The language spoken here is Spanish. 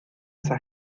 esa